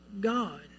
God